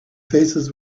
faces